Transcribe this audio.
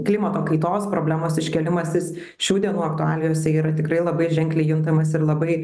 klimato kaitos problemos iškėlimas jis šių dienų aktualijose yra tikrai labai ženkliai juntamas ir labai